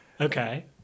Okay